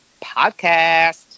podcast